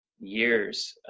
years